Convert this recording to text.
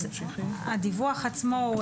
הדיווח עצמו,